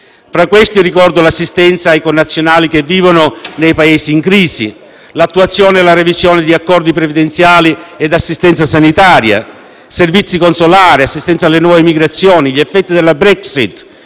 Tra questi ricordo l'assistenza ai connazionali che vivono nei Paesi in crisi, l'attuazione e la revisione di accordi previdenziali e di assistenza sanitaria, servizi consolari, assistenza alle nuove migrazioni, gli effetti della Brexit,